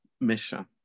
mission